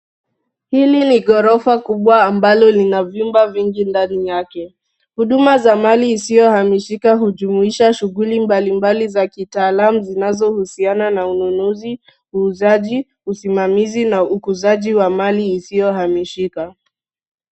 Hili ni ghorofa kubwa ambalo lina vyumba vingi ndani yake. Huduma za mali isiyohamishika hujumuisha shughuli mbalimbali za kitaalamu zinazohusiana na ununuzi, uuzaji, usimamizi na ukuzaji wa mali isiyohamishika.